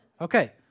Okay